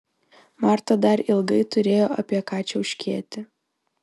marta dar ilgai turėjo apie ką čiauškėti